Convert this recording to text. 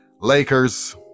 Lakers